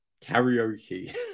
karaoke